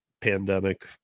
pandemic